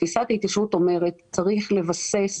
תפיסת ההתיישבות אומרת שצריך לבסס